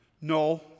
No